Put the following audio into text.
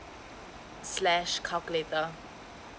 slash calculator